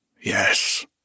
yes